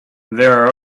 there